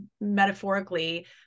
metaphorically